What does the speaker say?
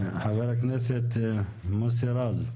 חבר הכנסת מוסי רז.